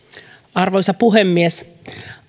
arvoisa puhemies